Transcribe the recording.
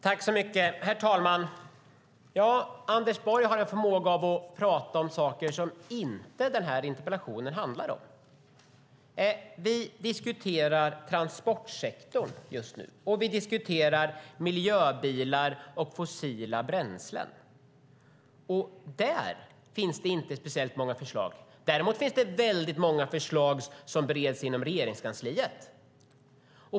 Herr talman! Anders Borg har en förmåga att prata om saker som denna interpellation inte handlar om. Vi diskuterar transportsektorn just nu, och vi diskuterar miljöbilar och fossila bränslen. Där finns det inte speciellt många förslag. Däremot finns det väldigt många förslag som bereds inom Regeringskansliet.